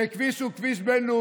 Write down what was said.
זה כביש בין-לאומי,